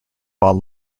while